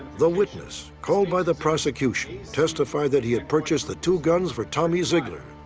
the witness, called by the prosecution, testified that he had purchased the two guns for tommy zeigler.